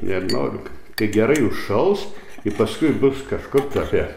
nenoriu kai gerai užšals kai paskui bus kažkur tai apie